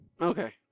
Okay